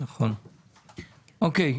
אוקיי.